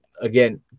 again